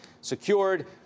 secured